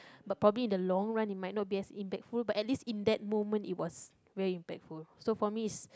but probably in the long run it might not be as impactful but at least in that moment it was very impactful so for me is